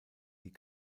die